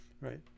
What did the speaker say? right